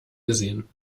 gesehen